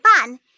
fun